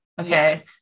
Okay